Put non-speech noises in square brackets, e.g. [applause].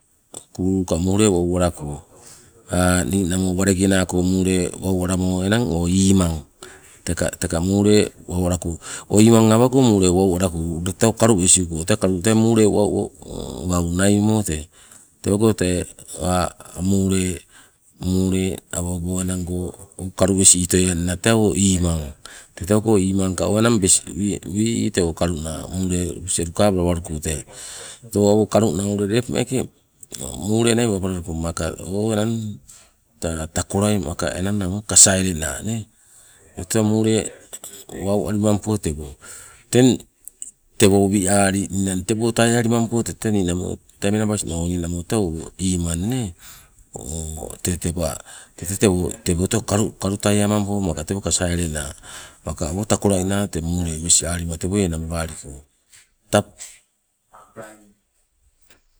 Kuulu ka muule wau alako, [hesitation] walenge nako muule wau alamo enang o imang teka teka muule wau alako. O imang awango muule wau alako ule tee o tee kalu wesi uko ule tee kalu tee [unintelligible] wau naiumo tee tewago tee [hesitation] muule, muule awogo enango kalu wesi itoienna tee o imang, tewago imangka o enang wesi wi'i tee o kaluna, muule lobisai lukabalawaluko tee. Tewo awo kaluna ule lepo meeke muule nai wau aliko maka o enang tee takolai maka enang kasaile naa nee, tete muule wau alimampo tewo. Teng tewo wi'ali ninang tewo taialimampo tete ninamo tete menabasno tee o nimamo tee o imang nee o tee teba tewo tee kalu taiamampo maka tee kasaile naa, maka awo takolai naa te muule wesi alima tewoi enang baliko. [unintelligible]